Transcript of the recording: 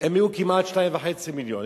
הם יהיו כמעט 2.5 מיליון,